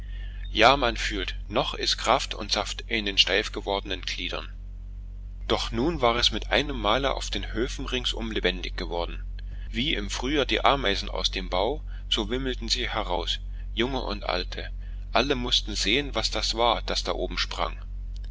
ja man fühlt noch ist kraft und saft in den steifgewordenen gliedern doch nun war es mit einem male auf den höfen ringsum lebendig geworden wie im frühjahr die ameisen aus dem bau so wimmelten sie heraus junge und alte alle mußten sie sehen was das war das da oben sprang